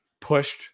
pushed